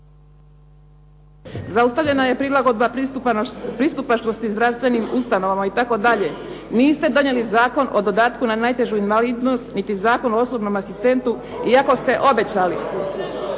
zaustavljena je prilagodba pristupačnosti zdravstvenim ustanovama itd. Niste donijeli Zakon o dodatku na najtežu invalidnost niti Zakon o osobnom asistentu, iako ste obećali,